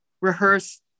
rehearse